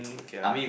okay lah